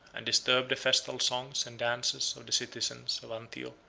and disturbed the festal songs and dances of the citizens of antioch.